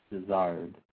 Desired